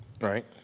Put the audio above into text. Right